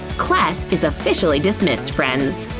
class is officially dismissed, friends!